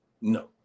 No